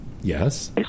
yes